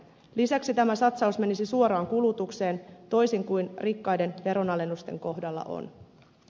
lisäksi tämä satsaus menisi suoraan kulutukseen toisin kuin rikkaiden veronalennusten kohdalla on